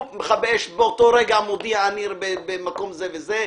מכבי אש באותו רגע מודיע, אני במקום זה וזה,